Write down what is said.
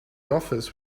office